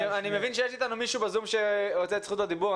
אני מבין שיש איתנו מישהו בזום שרוצה את זכות הדיבור.